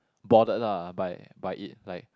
bothered lah by by it like